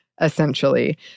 essentially